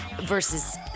versus